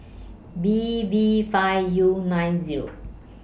B V five U nine Zero